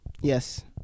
Yes